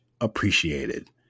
appreciated